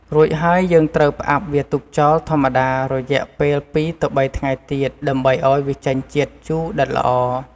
រួចហើយយើងត្រូវផ្អាប់វាទុកចោលធម្មតារយៈពេល ២ ទៅ៣ថ្ងៃទៀត ដើម្បីឱ្យវាចេញជាតិជូរដិតល្អ។